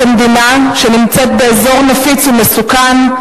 כמדינה שנמצאת באזור נפיץ ומסוכן,